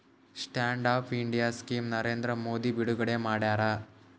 stand up India scheme Narendra Modi ಬಿಡುಗಡೆ ಮಾಡ್ಯಾರ